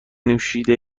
نوشیده